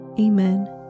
Amen